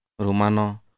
Rumano